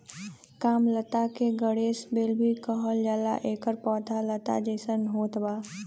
कामलता के गणेश बेल भी कहल जाला एकर पौधा लता जइसन होत बा